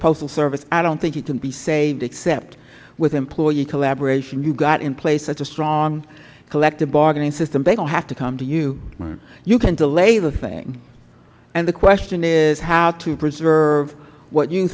postal service i don't think it can be saved except with employee collaboration you have in place such a strong collective bargaining system they are going to have to come to you you can delay the thing and the question is how to preserve what you